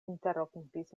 interrompis